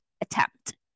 attempt